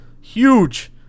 Huge